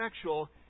sexual